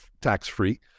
tax-free